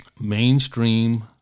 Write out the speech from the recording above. mainstream